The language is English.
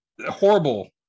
horrible